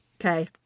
okay